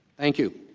thank you